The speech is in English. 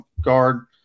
guard